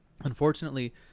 unfortunately